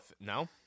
no